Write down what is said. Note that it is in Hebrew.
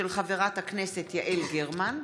מאת חברת הכנסת יעל גרמן,